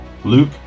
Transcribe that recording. Luke